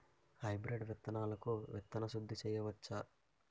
Hybrid విత్తనాలకు విత్తన శుద్ది చేయవచ్చ?